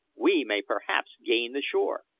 we may perhaps gain the shore.